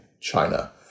China